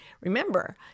remember